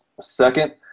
Second